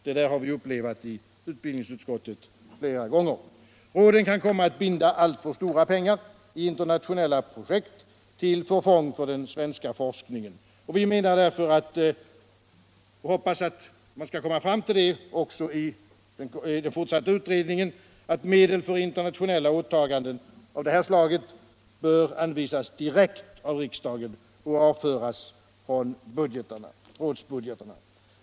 Det har vi upplevt i utbildningsutskottet flera gånger. Råden kan komma att binda alltför mycket pengar i internationella projekt till förfång för den svenska forskningen. Vi hoppas därför att man i den fortsatta utredningen skall komma fram till att medel för internationella åtaganden av detta slag bör anvisas direkt av riksdagen och avföras från rådsbudgeterna.